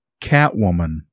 Catwoman